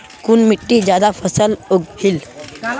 कुन मिट्टी ज्यादा फसल उगहिल?